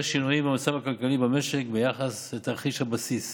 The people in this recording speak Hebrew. שינויים במצב הכלכלי במשק ביחס לתרחיש הבסיס.